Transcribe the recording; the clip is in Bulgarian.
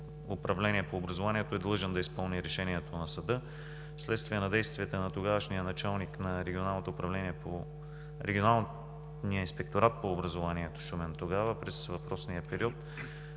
управление по образование е длъжен да изпълни решението на съда. Следствие на действията на тогавашния началник на Регионалния инспекторат по образованието – Шумен, тогава, през въпросния период,